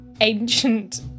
ancient